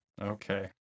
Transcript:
Okay